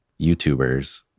YouTubers